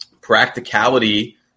practicality